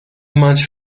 much